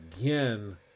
again